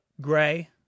Gray